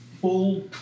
full